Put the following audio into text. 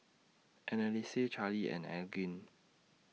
Anneliese Charlee and Elgin